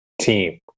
team